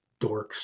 dorks